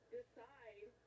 decide